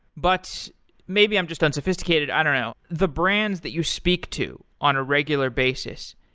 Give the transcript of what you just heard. but maybe i'm just unsophisticated. i don't know. the brands that you speak to on a regular basis,